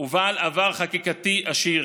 ובעל עבר חקיקתי עשיר,